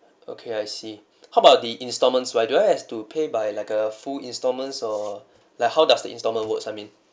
okay I see how about the installments where do I have to pay by like a full installments or like how does the installment works I mean